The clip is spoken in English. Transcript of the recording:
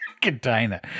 container